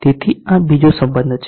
તેથી આ બીજો સંબધ છે